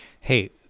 Hey